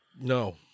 no